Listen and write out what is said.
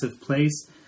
place